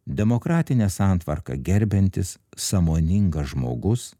demokratine santvarka gerbiantis sąmoningas žmogus